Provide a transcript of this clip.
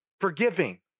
forgiving